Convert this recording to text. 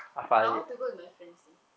but I want to go with my friends though